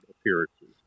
appearances